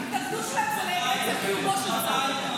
ההתנגדות, היא לקיומו של צה"ל.